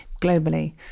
globally